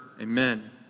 Amen